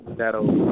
that'll